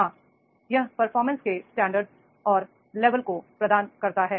हां यह performance standard और लेवल भी प्रदान करता है